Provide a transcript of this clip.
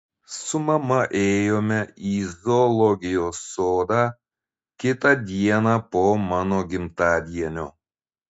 su mama ėjome į zoologijos sodą kitą dieną po mano gimtadienio